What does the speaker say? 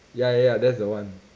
ya ya ya that's the one